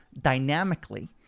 dynamically